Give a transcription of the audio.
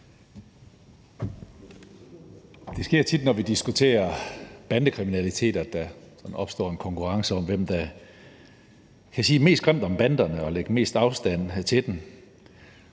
Det sker tit, når vi diskuterer bandekriminalitet, at der opstår en konkurrence om, hvem der kan sige mest grimt om banderne og lægge mest afstand til dem.